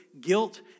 guilt